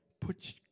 Put